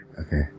Okay